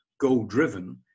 goal-driven